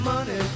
Money